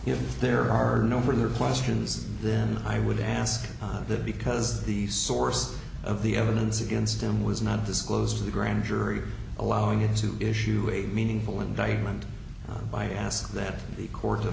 if there are no further questions then i would ask that because the source of the evidence against him was not disclosed to the grand jury allowing it to issue a meaningful indictment by ask that the court